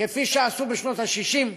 כפי שעשו בשנות ה-60,